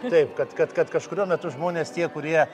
taip kad kad kad kažkuriuo metu žmonės tie kurie